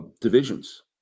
divisions